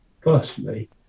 personally